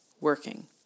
working